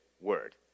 word